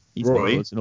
Roy